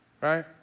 right